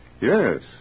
Yes